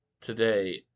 today